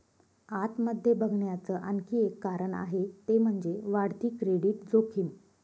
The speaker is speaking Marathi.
आत मध्ये बघण्याच आणखी एक कारण आहे ते म्हणजे, वाढती क्रेडिट जोखीम